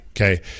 okay